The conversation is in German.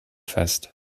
fest